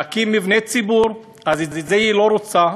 להקים מבני ציבור, ואת זה היא לא רוצה.